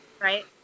Right